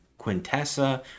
Quintessa